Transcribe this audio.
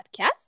Podcast